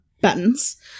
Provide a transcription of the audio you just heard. buttons